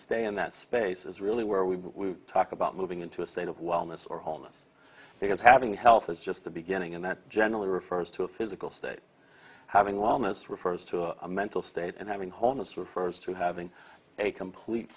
stay in that space is really where we talk about moving into a state of wellness or wholeness because having health is just the beginning and that generally refers to a physical state having wellness refers to a mental state and having wholeness refers to having a complete